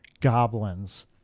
goblins